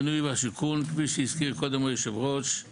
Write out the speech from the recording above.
כפי שהזכיר קודם יושב הראש;